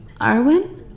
Arwen